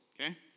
okay